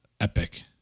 epic